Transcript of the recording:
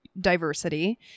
diversity